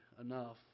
enough